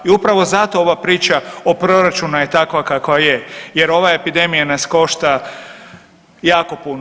I upravo zato ova priča o proračunu je takva kakva je jer ova epidemija nas košta jako puno.